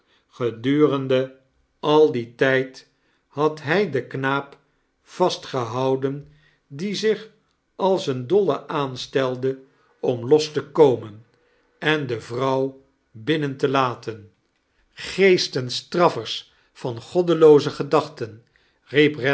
giedurende al dien tijd had hij den knaap vastgehouden die zich als een dolle aanstelde om los kerstvertellingen te komen en de vrouw binnen te laten greesten straffers van goddelooze gedachten